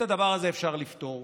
את הדבר הזה אפשר לפתור.